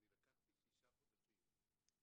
אני לקחתי שישה חודשים,